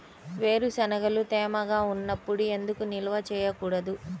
వేరుశనగలు తేమగా ఉన్నప్పుడు ఎందుకు నిల్వ ఉంచకూడదు?